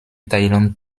thailand